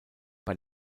bei